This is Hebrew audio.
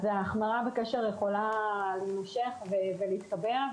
ההחמרה בקשר יכולה להימשך ולהתקבע,